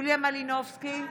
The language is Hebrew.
יוליה מלינובסקי,